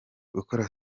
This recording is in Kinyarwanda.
gukora